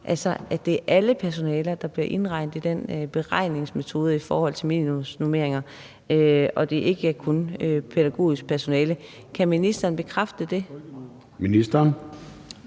det er alle personaler, der bliver indregnet i den beregningsmetode i forhold til minimumsnormeringer, og at det ikke kun er pædagogisk personale. Kan ministeren bekræfte det? Kl.